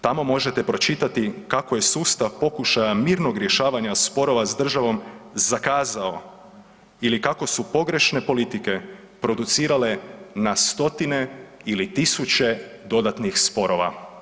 Tamo možete pročitati kako je sustav pokušaja mirnog rješavanja sporova s državom zakazao ili kako su pogrešne politike producirale na stotine ili tisuće dodatnih sporova.